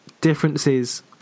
Differences